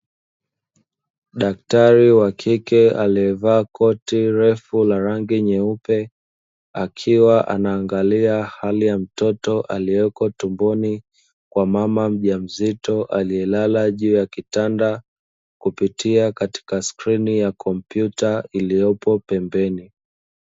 Daktari wa kike aliyevaa koti refu la rangi nyeupe akiwa anaangalia hali ya mtoto aliyeko tumboni kwa mama mjamzito aliyelala juu ya kitanda kupitia katika skrini ya kompyuta iliyopo pembeni.